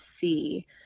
see